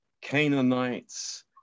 Canaanites